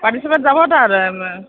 participant যাব তাত